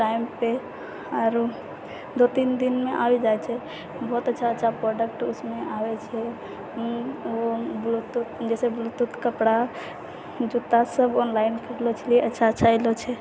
time पर आओर दू तीन दिनमे आबि जाइत छै बहुत अच्छा अच्छा प्रोडक्ट ओहिमे आबैत छै ब्लूटूथ जेना कपड़ा जूता सब ऑनलाइन खरीदलो छलिऐ अच्छा अच्छा आएल छै